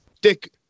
Dick